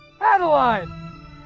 Adeline